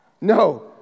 No